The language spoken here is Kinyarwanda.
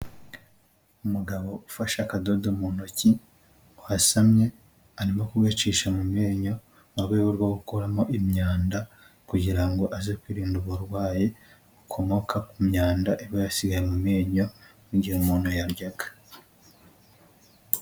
Umugabo ufashe akadodo mu ntoki wasamye arimo kugacisha mu menyo mu rwego rwo gukuramo imyanda, kugira ngo aze kwirinda uburwayi bukomoka ku myanda iba yasigaye mu menyo mu gihe umuntu yaryaga.